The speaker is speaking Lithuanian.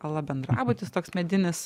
ala bendrabutis toks medinis